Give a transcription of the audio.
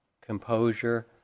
composure